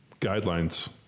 guidelines